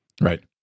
Right